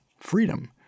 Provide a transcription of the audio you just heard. Freedom